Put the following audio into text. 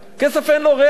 כסף אין לו ריח.